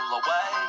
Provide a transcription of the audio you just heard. away